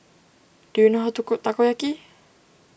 do you know how to cook Takoyaki